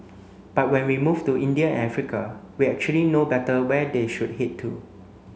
but when we move to India and Africa we actually know better where they should head to